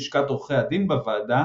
אחד מנציגי לשכת עורכי הדין בוועדה